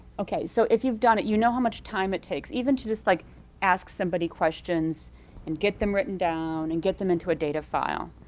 okay. so if you've done it, you know how much time it takes even to just like ask somebody questions and get them written down and get them into a data file.